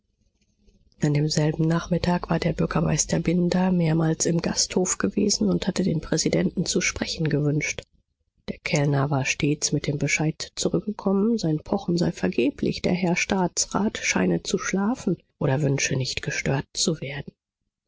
an demselben nachmittag war der bürgermeister binder mehrmals im gasthof gewesen und hatte den präsidenten zu sprechen gewünscht der kellner war stets mit dem bescheid zurückgekommen sein pochen sei vergeblich der herr staatsrat scheine zu schlafen oder wünsche nicht gestört zu werden